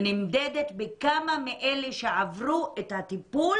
היא נמדדת בכמה מאלה שעברו את הטיפול